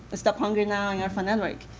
the stop hunger now and orphanetwork,